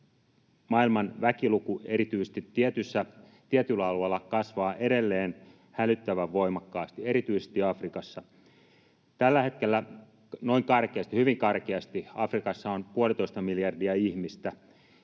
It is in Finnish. maailman väkiluku erityisesti tietyillä alueilla kasvaa edelleen hälyttävän voimakkaasti, erityisesti Afrikassa. Tällä hetkellä — karkeasti, hyvin karkeasti — Afrikassa on noin puolitoista